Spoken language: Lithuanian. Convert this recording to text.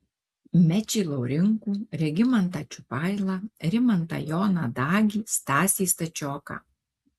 mečį laurinkų regimantą čiupailą rimantą joną dagį stasį stačioką